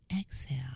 exhale